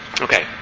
Okay